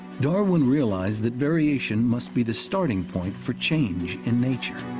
darwin realized that variation must be the starting point for change in nature.